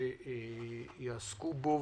שיעסקו בו.